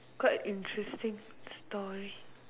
quite interesting story